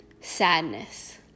sadness